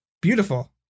Beautiful